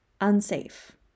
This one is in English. unsafe